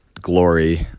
glory